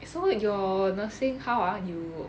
so your nursing how ah you